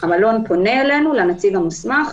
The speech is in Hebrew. המלון פונה אלינו, לנציג המוסמך,